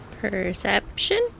Perception